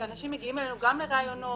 אנשים מגיעים אלינו גם לראיונות